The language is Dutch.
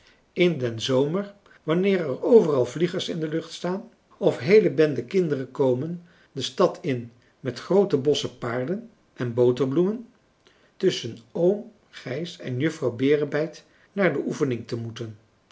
in den zomer wanneer er overal vliegers in de lucht staan of heele benden kinderen komen de stad in met groote bossen paarden en boterbloemen tusschen oom gijs en juffrouw berebijt naar de oefening te moeten